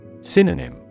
Synonym